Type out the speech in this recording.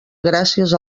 gràcies